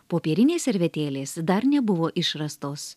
popierinės servetėlės dar nebuvo išrastos